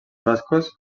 bascos